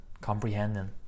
comprehending